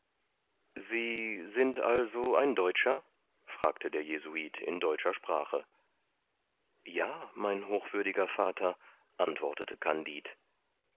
sie sind also ein deutscher fragte der jesuit in deutscher sprache ja mein hochwürdiger vater antwortete kandid